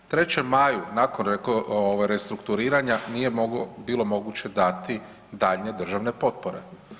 3. Majem nakon restrukturiranja nije bilo moguće dati daljnje državne potpore.